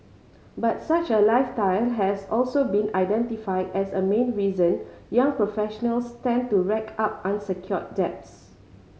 but such a lifestyle has also been identified as a main reason young professionals tend to rack up unsecured debts